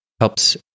helps